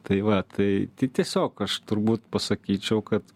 tai va tai tai tiesiog aš turbūt pasakyčiau kad